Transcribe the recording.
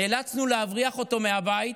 נאלצנו להבריח אותו מהבית